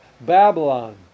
Babylon